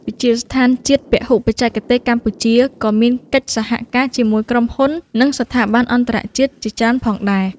វិទ្យាស្ថានជាតិពហុបច្ចេកទេសកម្ពុជាក៏មានកិច្ចសហការជាមួយក្រុមហ៊ុននិងស្ថាប័នអន្តរជាតិជាច្រើនផងដែរ។